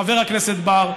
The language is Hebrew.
חבר הכנסת בר,